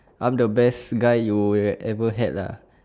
I'm the best guy you'll ever had lah